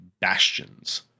Bastions